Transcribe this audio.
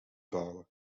bouwen